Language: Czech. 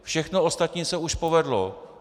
Všechno ostatní se už povedlo.